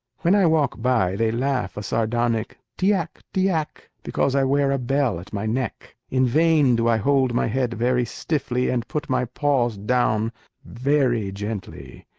when i walk by they laugh a sardonic tiac, tiac, because i wear a bell at my neck. in vain do i hold my head very stiffly and put my paws down very gently,